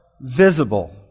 visible